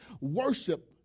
Worship